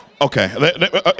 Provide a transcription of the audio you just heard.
Okay